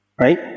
Right